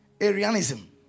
Arianism